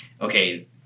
okay